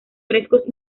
frescos